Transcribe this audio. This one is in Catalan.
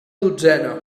dotzena